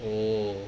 oh